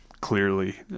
clearly